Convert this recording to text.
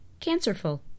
cancerful